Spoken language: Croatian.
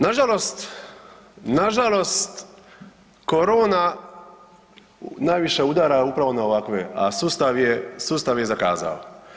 Nažalost, nažalost korona najviše udara upravo na ovakve, a sustav je zakazao.